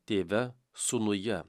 tėve sūnuje